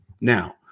Now